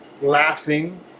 laughing